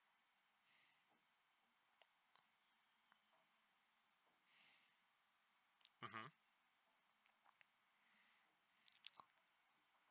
mmhmm